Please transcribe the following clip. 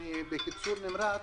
בקיצור נמרץ,